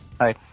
hi